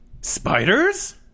Spiders